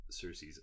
Cersei's